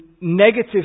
negative